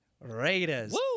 raiders